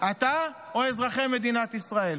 אתה או אזרחי מדינת ישראל?